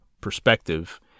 perspective